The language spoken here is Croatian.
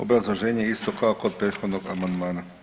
Obrazloženje je isto kao kod prethodnog amandmana.